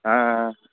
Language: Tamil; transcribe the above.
ஆ ஆ